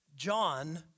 John